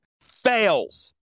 fails